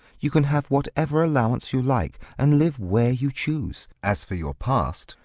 you can have whatever allowance you like, and live where you choose. as for your past,